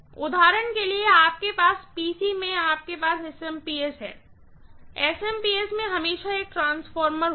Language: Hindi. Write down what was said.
उदाहरण के लिए आपके PC में आपके पास SMPS कि SMPS में हमेशा एक ट्रांसफार्मर होगा